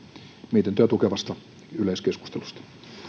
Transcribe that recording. mietintöä tukevasta yleiskeskustelusta